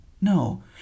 No